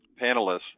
panelists